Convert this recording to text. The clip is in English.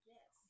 Yes